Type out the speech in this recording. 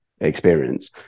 experience